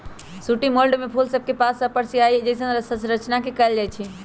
sooty mould में फूल सभके पात सभपर सियाहि जइसन्न संरचना परै लगैए छइ